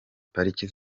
pariki